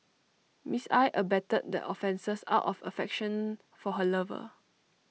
Miss I abetted the offences out of affection for her lover